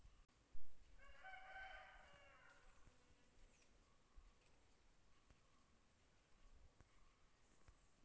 ನನ್ನ ಜಾಗವನ್ನು ಅಡವಿಟ್ಟು ಸಾಲ ತೆಗೆಯಬಹುದ?